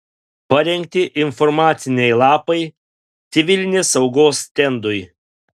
parengti informaciniai lapai civilinės saugos stendui